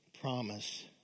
promise